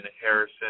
Harrison